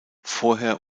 vorher